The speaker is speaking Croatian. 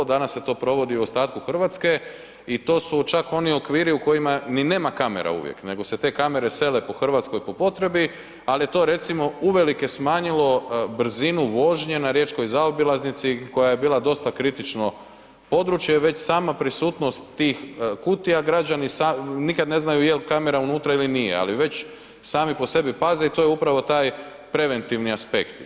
Danas se to provodi u ostatku Hrvatske i to su čak oni okviri u kojima ni nema kamera uvijek nego se te kamere sele po Hrvatskoj po potrebi ali je to recimo uvelike smanjilo brzinu vožnje na riječkoj zaobilaznici koja je bila dosta kritično područje, već sama prisutnost tih kutija građani nikad ne znaju je li kamera unutra ili nije ali već sami po sebi paze i to je upravo taj preventivni aspekt.